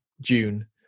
June